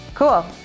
Cool